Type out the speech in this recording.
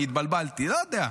התבלבלתי, לא יודע.